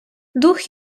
дух